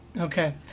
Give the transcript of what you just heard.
Okay